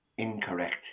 Incorrect